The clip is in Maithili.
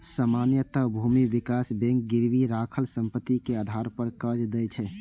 सामान्यतः भूमि विकास बैंक गिरवी राखल संपत्ति के आधार पर कर्ज दै छै